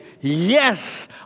yes